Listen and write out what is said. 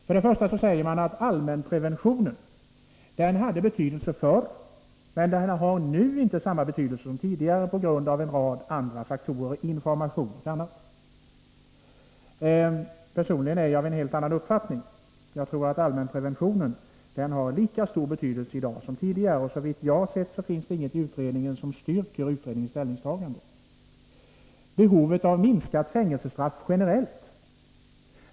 För det första säger man i utredningen att allmänpreventionen hade betydelse förr, men att den nu inte har samma betydelse som tidigare på grund av en rad nya faktorer, information och annat. Personligen är jag av en helt annan uppfattning. Jag tror att allmänpreventionen har lika stor betydelse i dag som tidigare. Såvitt jag har kunnat konstatera finns det ingenting i utredningen som styrker dess ställningstagande. Det talas för det andra om behovet av minskat fängelsestraff generellt.